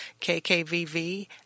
KKVV